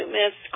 miss